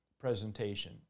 presentation